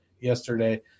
yesterday